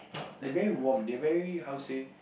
they very warm they very how say